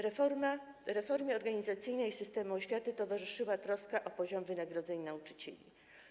Reformie organizacyjnej systemu oświaty towarzyszyła troska o poziom wynagrodzeń nauczycieli.